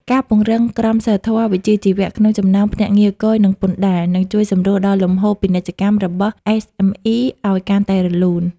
ការពង្រឹង "ក្រមសីលធម៌វិជ្ជាជីវៈ" ក្នុងចំណោមភ្នាក់ងារគយ និងពន្ធដារ នឹងជួយសម្រួលដល់លំហូរពាណិជ្ជកម្មរបស់ SME ឱ្យកាន់តែរលូន។